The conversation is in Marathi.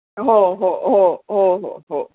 हो हो हो हो हो हो